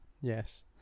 Yes